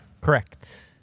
Correct